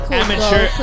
amateur